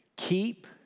Keep